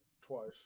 twice